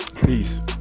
Peace